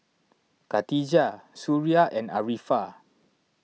Khatijah Suria and Arifa